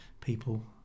people